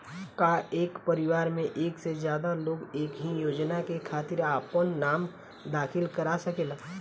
का एक परिवार में एक से ज्यादा लोग एक ही योजना के खातिर आपन नाम दाखिल करा सकेला?